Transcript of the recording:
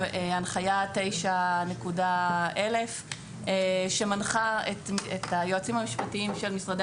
הנחיה 9.1000 שמנחה את היועצים המשפטיים של משרדי